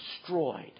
destroyed